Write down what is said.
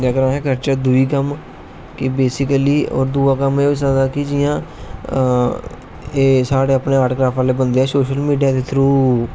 जेकर अस करचै दुई कम्म कि बेसीकली औऱ दूआ कम्म ओह् होई सकदा कि जियां एह् साढ़े अपने आर्ट कराफ्ट आहले बंदे ऐ सोशल मिडिया दे थ्रू